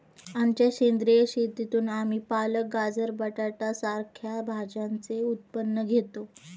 आमच्या सेंद्रिय शेतीतून आम्ही पालक, गाजर, बटाटा सारख्या भाज्यांचे उत्पन्न घेतो